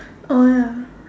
oh ya